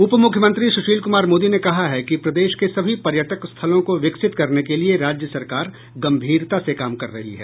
उप मुख्यमंत्री सुशील कुमार मोदी ने कहा है कि प्रदेश के सभी पर्यटक स्थलो को विकसित करने के लिए राज्य सरकार गंभीरता से काम कर रही है